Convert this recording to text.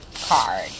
card